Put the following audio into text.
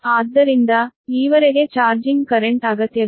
ಆದ್ದರಿಂದ ಈವರೆಗೆ charging current ಅಗತ್ಯವಿದೆ